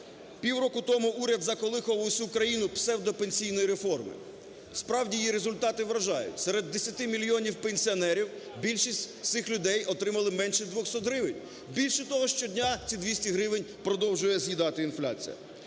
Півроку тому уряд заколихував усю країну псевдо пенсійною реформою. Справді, її результати вражають, серед 10 мільйонів пенсіонерів більшість з цих людей отримали менше 200 гривень. Більше того, щодня ці 200 гривень продовжує з'їдати інфляція,